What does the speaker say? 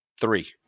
Three